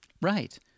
Right